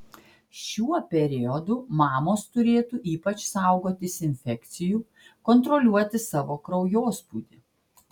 šiuo periodu mamos turėtų ypač saugotis infekcijų kontroliuoti savo kraujospūdį